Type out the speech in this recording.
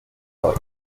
hoy